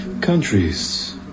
Countries